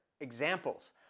examples